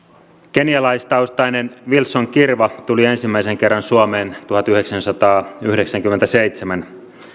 kenialaistaustainen wilson kirwa tuli ensimmäisen kerran suomeen tuhatyhdeksänsataayhdeksänkymmentäseitsemän